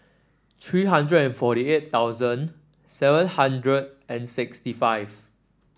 three hundred and forty eight thousand seven hundred and sixty five